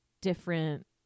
different